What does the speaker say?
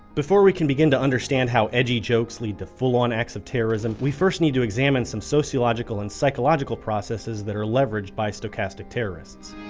before we can begin to understand how edgy jokes lead to full-on acts of terrorism, we first need to examine some sociological and psychological processes that are leveraged by stochastic terrorists.